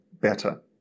better